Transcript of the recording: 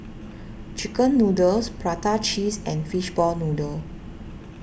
Chicken Noodles Prata Cheese and Fishball Noodle